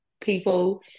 people